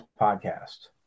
Podcast